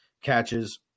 catches